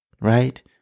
right